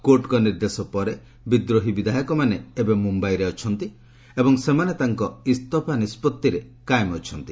କୋର୍ଟଙ୍କ ନିର୍ଦ୍ଦେଶ ପରେ ବିଦ୍ରୋହୀ ବିଧାୟକମାନେ ଏବେ ମୁମ୍ଯାଇରେ ଅଛନ୍ତି ଏବଂ ସେମାନେ ତାଙ୍କ ଇସଫା ନିଷ୍ପଭିରେ କାଏମ ଅଛନ୍ତି